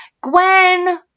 Gwen